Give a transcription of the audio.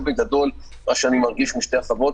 זה בגדול מה שאני מרגיש משתי החברות,